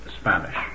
Spanish